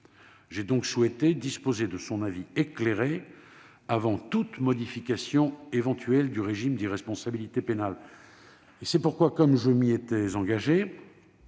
J'ai donc souhaité disposer de son avis éclairé avant toute modification éventuelle du régime d'irresponsabilité pénale. C'est pourquoi, comme je m'y étais engagé,